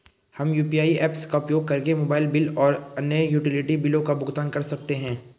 हम UPI apps का उपयोग करके मोबाइल बिल और अन्य यूटिलिटी बिलों का भुगतान कर सकते हैं